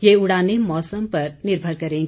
यह उड़ानें मौसम पर निर्भर करेगी